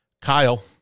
Kyle